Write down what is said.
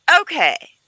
Okay